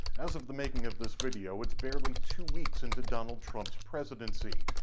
as of the making of this video it's barely two weeks into donald trump's presidency.